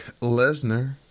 Lesnar